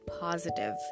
positive